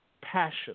passion